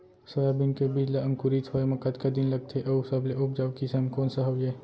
Soybean के बीज ला अंकुरित होय म कतका दिन लगथे, अऊ सबले उपजाऊ किसम कोन सा हवये?